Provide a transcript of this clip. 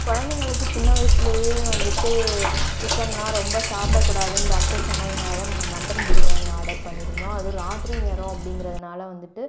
குழந்தைங்களுக்கு சின்ன வயசுலேயே வந்துவிட்டு சிக்கன்லாம் ரொம்ப சாப்பிடக்கூடாதுன்னு டாக்டர் சொன்னதினால தான் நாங்கள் மட்டன் பிரியாணி ஆடர் பண்ணியிருந்தோம் அதுவும் ராத்திரி நேரம் அப்படிங்கிறதுனால வந்துவிட்டு